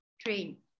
Train